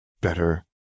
better